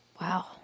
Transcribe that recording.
Wow